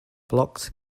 blocks